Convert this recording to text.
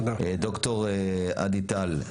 ד"ר אדי טל,